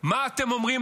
מה אתם אומרים,